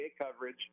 coverage